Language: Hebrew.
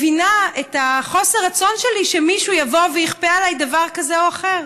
אני מבינה את חוסר הרצון שלי שמישהו יבוא ויכפה עליי דבר כזה או אחר.